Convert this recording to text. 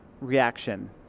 reaction